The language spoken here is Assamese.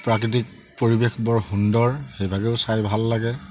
প্ৰাকৃতিক পৰিৱেশ বৰ সুন্দৰ সেইভাগেও চাই ভাল লাগে